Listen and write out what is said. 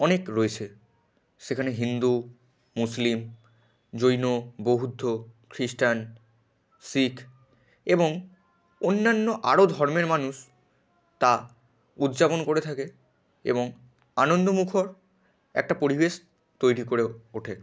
অনেক রয়েছে সেখানে হিন্দু মুসলিম জৈন বৌদ্ধ খ্রিষ্টান শিখ এবং অন্যান্য আরও ধর্মের মানুষ তা উদ্যাপন করে থাকে এবং আনন্দমুখর একটা পরিবেশ তৈরি করে ওঠে